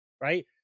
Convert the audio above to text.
right